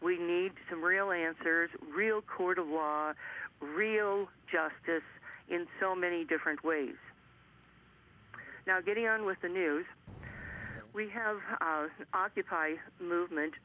we need some real answers real court of law real justice in so many different ways now getting on with the news we have occupy movement